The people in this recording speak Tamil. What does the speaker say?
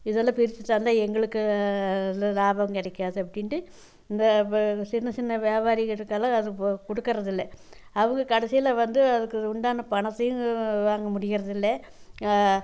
இதெல்லாம் பிரிச்சு தந்தால் எங்களுக்கு அதில் லாபம் கிடைக்காது அப்படின்ட் இந்த இப்போ சின்ன சின்ன வியாபாரிகளுக்கெல்லாம் அது கொடுக்குறதில்ல அவங்க கடைசியில வந்து அதுக்கு உண்டான பணத்தையும் வாங்க முடியிறதில்லை